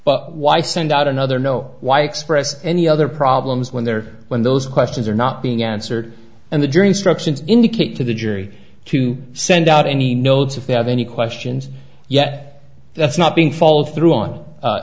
but why send out another know why express any other problems when they're when those questions are not being answered and the jury instructions indicate to the jury to send out any notes if they have any questions yet that's not being followed through on